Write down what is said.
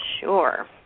Sure